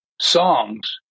songs